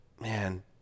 Man